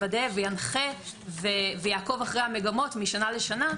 וינחה ויעקב אחרי המגמות משנה לשנה,